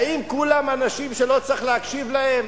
האם כולם אנשים שלא צריך להקשיב להם?